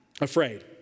afraid